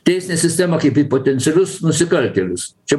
teisinę sistemą kaip į potencialius nusikaltėlius čia